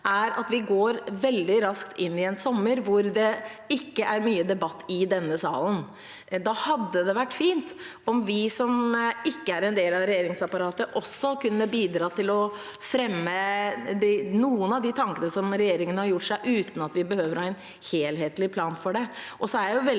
er at vi går veldig raskt inn i en sommer hvor det ikke er mye debatt i denne salen. Da hadde det vært fint om vi som ikke er en del av regjeringsapparatet, også kunne bidra til å fremme noen av de tankene regjeringen har gjort seg, uten at vi behøver å ha en helhetlig plan for det.